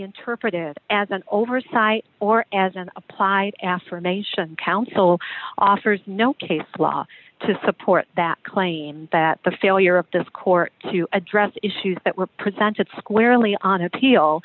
interpreted as an oversight or as an applied affirmation counsel offers no case law to support that claim that the failure of this court to address issues that were presented squarely on appeal